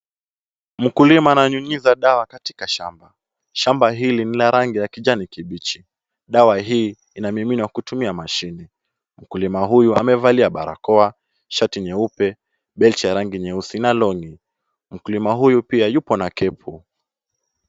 Mkulima ananyunyiza dawa katika shamba, shamba hili ni la rangi ya kijani kibichi, dawa hii inamiminwa kutumia mashine, mkulima huyu amevalia barakoa, shati nyeupe, belt ya rangi nyeusi na long'i , mkulima huyu pia yupo na kepu.